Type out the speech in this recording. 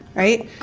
right?